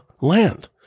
land